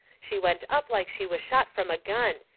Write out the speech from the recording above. she went up like she was shot from a gun,